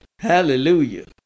Hallelujah